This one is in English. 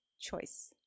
choice